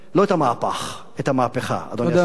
לא את המהפך, את המהפכה, אדוני השר.